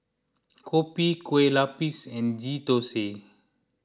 Kopi Kueh Lapis and Ghee Thosai